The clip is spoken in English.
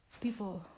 People